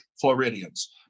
Floridians